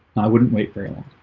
i wouldn't wait very long.